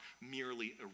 merely